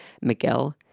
Miguel